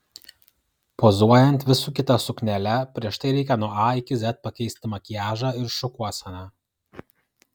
pozuojant vis su kita suknele prieš tai reikia nuo a iki z pakeisti makiažą ir šukuoseną